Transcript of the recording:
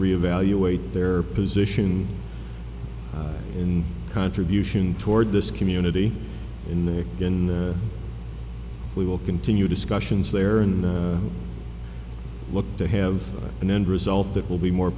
re evaluate their position in contribution toward this community in the in the we will continue discussions there and look to have an end result that will be more